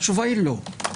התשובה היא לא,